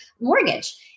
mortgage